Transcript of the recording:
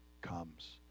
comes